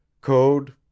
Code